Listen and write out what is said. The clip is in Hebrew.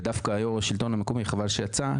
ודווקא חבל שיו"ר השלטון המקומי יצא,